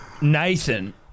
Nathan